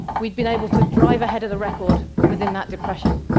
we'd been able to drive ahead of the record within that depression.